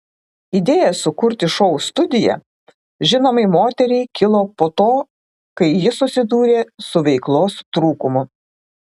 idėja sukurti šou studiją žinomai moteriai kilo po to kai ji susidūrė su veiklos trūkumu